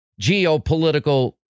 geopolitical